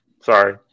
sorry